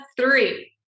three